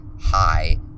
high